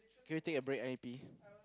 can we take a break I need to pee